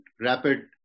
rapid